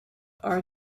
are